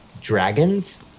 dragons